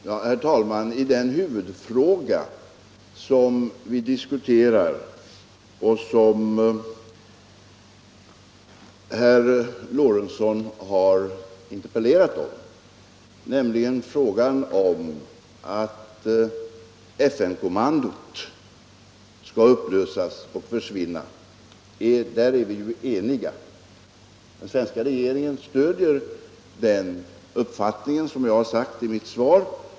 Herr talman! I den huvudfråga som vi diskuterar och som herr Lorentzon har interpellerat om, nämligen frågan om att FN-kommandot skall upplösas och försvinna, är vi ju eniga. Den svenska regeringen stöder den uppfattningen på sätt som jag har utvecklat i mitt svar.